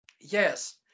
Yes